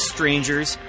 Strangers